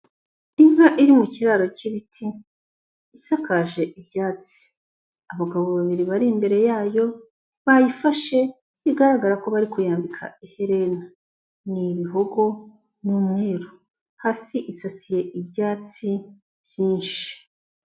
Inka iri mu kiraro cy'ibiti isakaje ibyatsi, abagabo babiri bari imbere yayo, bayifashe bigaragara ko bari kuyambika iherena, ni ibihogo n'umweru, hasi isasiye ibyatsi byinshi.